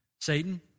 Satan